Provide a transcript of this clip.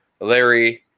Larry